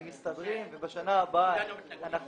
מסתדרים ובשנה הבאה אנחנו